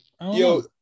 Yo